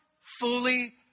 fully